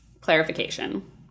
clarification